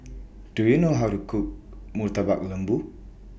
Do YOU know How to Cook Murtabak Lembu